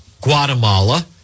Guatemala